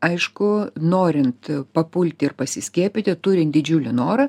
aišku norint papulti ir pasiskiepyti turint didžiulį norą